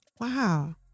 wow